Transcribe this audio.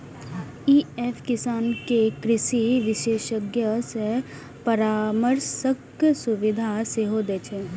ई app किसान कें कृषि विशेषज्ञ सं परामर्शक सुविधा सेहो दै छै